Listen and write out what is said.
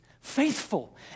faithful